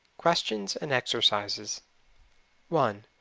questions and exercises one.